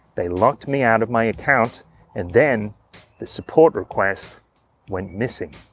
they locked me out of my account and then the support request went missing.